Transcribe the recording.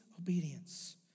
obedience